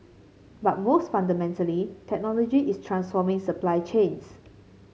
but most fundamentally technology is transforming supply chains